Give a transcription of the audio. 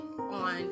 on